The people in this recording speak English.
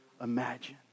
imagine